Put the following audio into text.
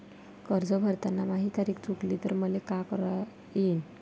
कर्ज भरताना माही तारीख चुकली तर मले का करता येईन?